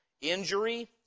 injury